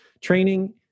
training